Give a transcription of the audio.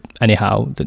anyhow